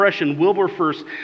Wilberforce